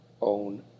own